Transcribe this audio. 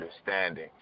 understanding